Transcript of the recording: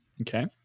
Okay